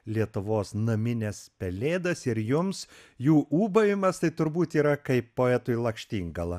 lietuvos namines pelėdas ir jums jų ūbavimas tai turbūt yra kai poetui lakštingala